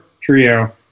trio